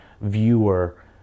viewer